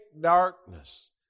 darkness